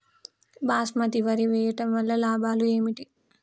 బాస్మతి వరి వేయటం వల్ల లాభాలు ఏమిటి?